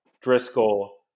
Driscoll